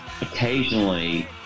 occasionally